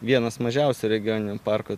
vienas mažiausių regioninių parkų